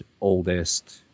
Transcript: oldest